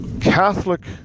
Catholic